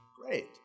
great